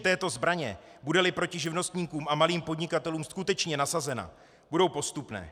Účinky této zbraně, budeli proti živnostníkům a malým podnikatelům skutečně nasazena, budou postupné.